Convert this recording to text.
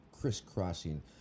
crisscrossing